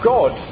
God